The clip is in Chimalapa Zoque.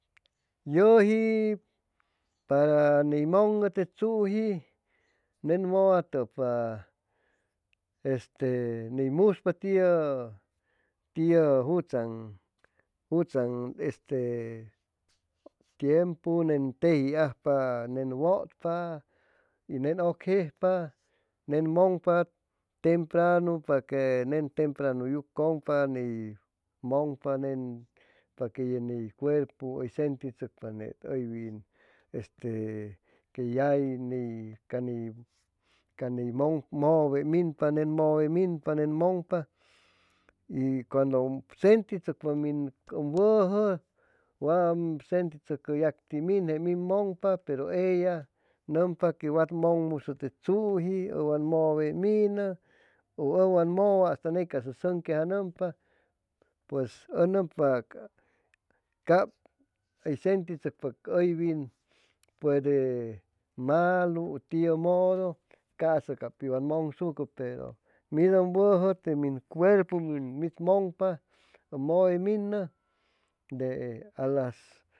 Yuji para ni mug'u te tsuji nen muwatupa este ni muspa tiu tiu jutsaan jutsaan este tiempu nen teji ajpa nen wutpa y nen ucjejpa nen mugnpa tempranu yucunpa ni mugnpa este para que ni cuerpu sentitshucpa ney uywin este que yay ni ca ni cani muwe minpa nen muwe minpa nen mugnpa y cuandu um sentishucpa min u wuju wam sentishucpa jacti min mugnpa peru ella numpa que wunmunmusu te tsuji u wa muwe minu u wa muwa ney casa u sunquejanumpa pues u numpa cab sentishucpa que uywin puede malu tiu mudu casa ca pi wa munshucu pe mi dun wusu te min cuerpu min mugnpa u muwe minu de a las